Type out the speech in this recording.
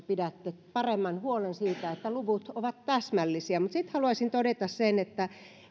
pidätte paremman huolen siitä että luvut ovat täsmällisiä mutta sitten haluaisin todeta sen että